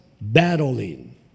battling